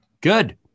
good